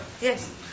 Yes